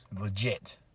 legit